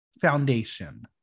foundation